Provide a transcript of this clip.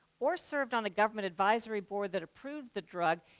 or served on the government advisory board that approved the drug,